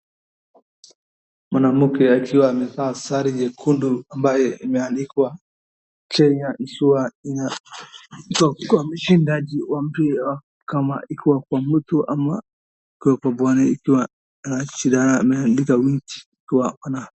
Mwanamke akiwa amevaa sare jekundu, ambaye imeandikwa Kenya, kiwa inakuwa mshindaji wa mpira kama ikiwa kwa mtu ama kupambana ikiwa nashindana imeandikwa nchi ikiwa ako nayo.